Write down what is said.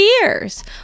years